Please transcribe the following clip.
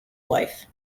wife